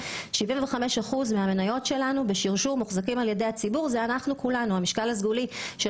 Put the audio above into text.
75% מהמניות שלנו מוחזקות על ידי הציבור והמשקל הסגולי של